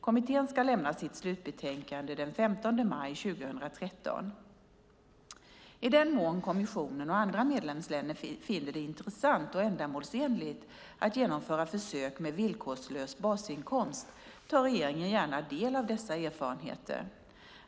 Kommittén ska lämna sitt slutbetänkande den 15 maj 2013. I den mån kommissionen och andra medlemsländer finner det intressant och ändamålsenligt att genomföra försök med villkorslös basinkomst tar regeringen gärna del av dessa erfarenheter.